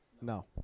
No